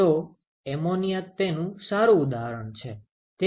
તો એમોનીયા તેનું સારું ઉદાહરણ છે